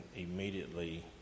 immediately